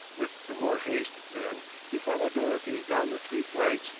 with the more haste, then, he followed dorothy down the three flights,